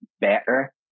better